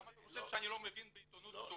למה אתה חושב שאני לא מבין בעניין של עיתונות כתובה?